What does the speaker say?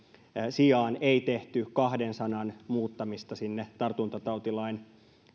sijaan ei tehty kahden sanan muuttamista sinne tartuntatautilain